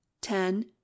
ten